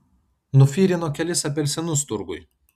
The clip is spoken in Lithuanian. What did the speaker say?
nufirino kelis apelsinus turguj